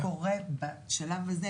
מה שקורה בשלב הזה,